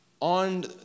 on